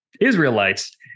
Israelites